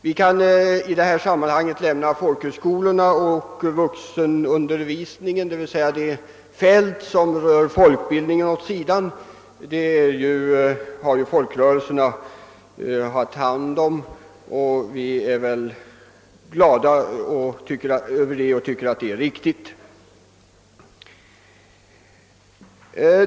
Vi kan i detta sammanhang lämna folkhögskolorna och vuxenundervisningen, d.v.s. det som rör folkbildningen, åt sidan. Folkrörelserna har ju handhaft denna utbildning, och vi är nog alla glada häröver och finner det också riktigt.